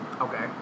Okay